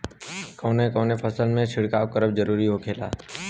कवने कवने फसल में छिड़काव करब जरूरी होखेला?